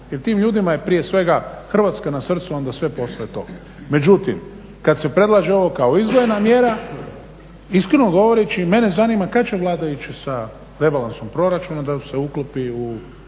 Jer tim ljudima je prije svega Hrvatska na srcu a onda sve poslije toga. Međutim, kad se predlaže ovo kao izdvojena mjera iskreno govoreći mene zanima kad će Vlada ići sa Rebalansom proračuna da se uklopi u